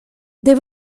they